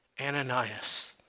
Ananias